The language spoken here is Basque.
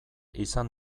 izan